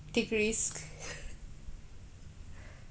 take risk